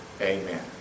Amen